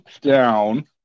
down